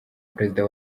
perezida